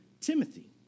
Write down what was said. Timothy